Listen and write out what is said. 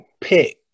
pick